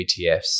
ETFs